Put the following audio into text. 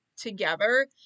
together